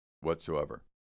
whatsoever